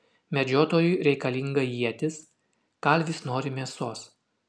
medžiotojui reikalinga ietis kalvis nori mėsos